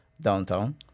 downtown